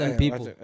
people